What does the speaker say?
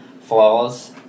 flaws